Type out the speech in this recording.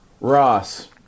Ross